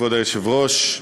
כבוד היושב-ראש,